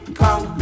come